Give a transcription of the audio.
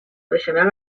beixamel